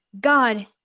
God